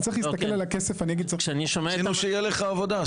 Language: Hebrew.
צריך להסתכל על הכסף --- שיהיה לך עבודה,